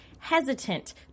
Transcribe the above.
hesitant